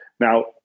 Now